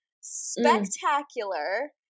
spectacular